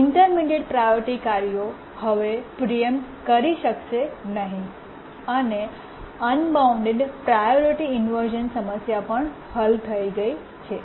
intermediate priority કાર્યો હવે preempt થઈ શકશે નહીં અને અનબાઉન્ડ પ્રાયોરિટી ઇન્વર્શ઼ન સમસ્યા પણ હલ થઈ ગઈ છે